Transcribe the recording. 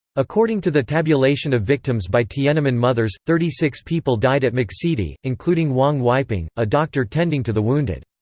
according to the tabulation of victims by tiananmen mothers, thirty six people died at muxidi, including wang weiping, a doctor tending to the wounded.